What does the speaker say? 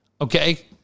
Okay